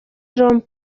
rond